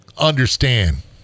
understand